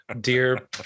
Dear